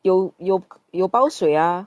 有有有煲水呀